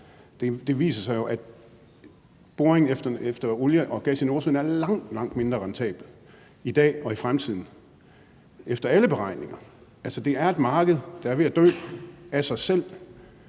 Det viser sig jo, at boring efter olie og gas i Nordsøen er langt, langt mindre rentabel i dag og i fremtiden efter alle beregninger. Altså, det er et marked, der er ved at dø af sig selv,